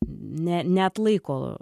ne neatlaiko